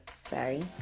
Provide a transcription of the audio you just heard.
Sorry